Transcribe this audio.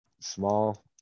small